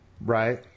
Right